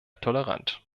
tolerant